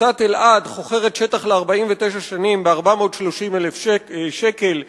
עמותת אלע"ד חוכרת שטח ל-49 שנים ב-430,000 שקל.